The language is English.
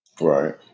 Right